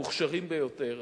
המוכשרים ביותר,